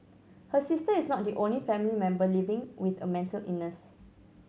her sister is not the only family member living with a mental illness